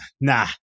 Nah